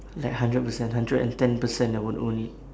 like hundred percent hundred and ten percent I would own it